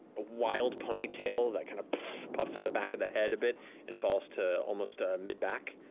wild ponytail that kind of puffs out the back of the head a bit and falls to almost ah mid-back.